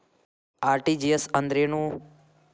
RTGS ಅಂದ್ರೇನು?